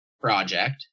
project